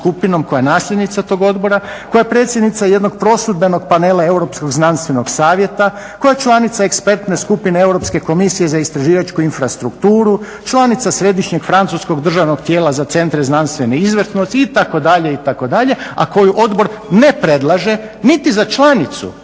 koja je nasljednica tog odbora, koja je predsjednica jednog prosudbenog panela Europskog znanstvenog savjeta, koja je članica ekspertne skupine Europske komisije za istraživačku infrastrukturu, članica Središnjeg francuskog državnog tijela za centre znanstvene izvrsnosti itd. itd. a koju odbor ne predlaže niti za članicu